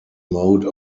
mode